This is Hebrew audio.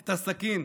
את הסכין,